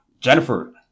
Jennifer